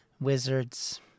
Wizards